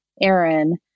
Aaron